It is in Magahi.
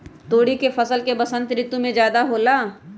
तोरी के फसल का बसंत ऋतु में ज्यादा होला?